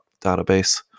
database